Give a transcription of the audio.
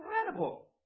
Incredible